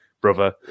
brother